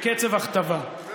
בקצב הכתבה.